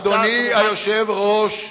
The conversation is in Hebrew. אדוני היושב-ראש,